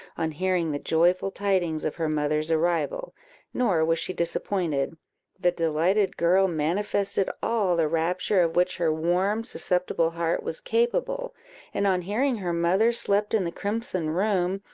on hearing the joyful tidings of her mother's arrival nor was she disappointed the delighted girl manifested all the rapture of which her warm susceptible heart was capable and on hearing her mother slept in the crimson room,